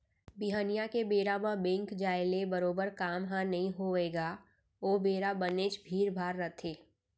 बिहनिया के बेरा म बेंक जाय ले बरोबर काम ह नइ होवय गा ओ बेरा बनेच भीड़ भाड़ रथे